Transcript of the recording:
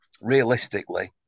realistically